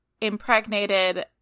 impregnated